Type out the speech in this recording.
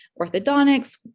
orthodontics